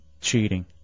cheating